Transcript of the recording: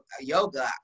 yoga